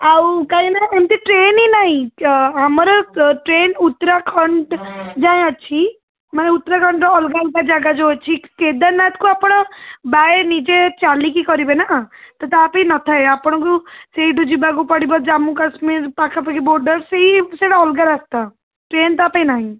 ଆଉ କାହିଁକି ନା ଏମିତି ଟ୍ରେନ୍ ହିଁ ନାହିଁ ଚ ଆମର ଟ୍ରେନ୍ ଉତ୍ତରାଖଣ୍ଡ ଯାଏଁ ଅଛି ମାନେ ଉତ୍ତରାଖଣ୍ଡର ଅଲଗା ଅଲଗା ଯାଗା ଯେଉଁ ଅଛି କେଦାରନାଥକୁ ଆପଣ ବାଏ ନିଜେ ଚାଲିକି କରିବେନା ତ ତା ପାଇଁ ନ ଥାଏ ଆପଣଙ୍କୁ ସେଇଠୁ ଯିବାକୁ ପଡ଼ିବ ଜାମ୍ମୁ କାଶ୍ମୀର ପାଖାପାଖି ବର୍ଡ଼ର୍ ସେହି ସେଇଟା ଅଲଗା ରାସ୍ତା ଟ୍ରେନ୍ ତା ପାଇଁ ନାହିଁ